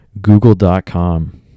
Google.com